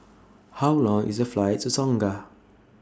How Long IS The Flight to Tonga